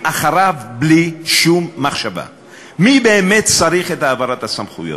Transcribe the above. כי כשסוגרים מוסדות חינוך,